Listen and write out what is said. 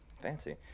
Fancy